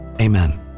Amen